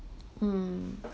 mm